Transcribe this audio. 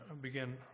begin